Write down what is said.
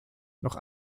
noch